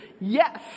Yes